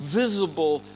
visible